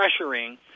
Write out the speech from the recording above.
pressuring